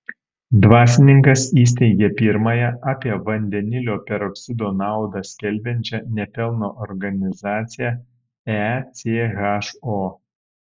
dvasininkas įsteigė pirmąją apie vandenilio peroksido naudą skelbiančią ne pelno organizaciją echo